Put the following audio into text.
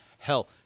Hell